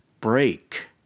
break